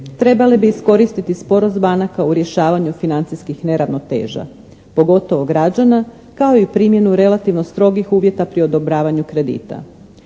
trebale bi iskoristiti sporost banaka u rješavanju financijskih neravnoteža, pogotovo građana kao i primjenu relativno strogih uvjeta pri odobravanju kredita.